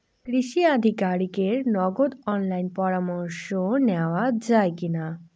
কৃষি আধিকারিকের নগদ অনলাইন পরামর্শ নেওয়া যায় কি না?